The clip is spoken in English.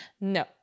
No